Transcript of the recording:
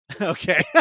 Okay